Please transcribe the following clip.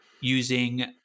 using